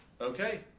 Okay